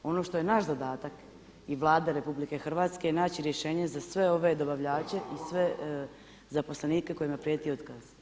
Ono što je naš zadatak i Vlade RH je naći rješenje za sve ove dobavljače i sve zaposlenike kojima prijeti otkaz.